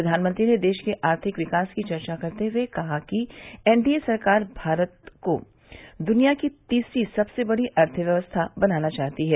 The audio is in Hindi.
प्रधानमंत्री ने देश के आर्थिक विकास की चर्चा करते हुए कहा कि एनडीए सरकार भारत को दुनिया की तीसरी सबसे बड़ी अर्थव्यवस्था बनाना चाहती है